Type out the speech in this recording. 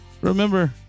remember